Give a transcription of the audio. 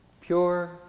pure